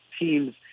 team's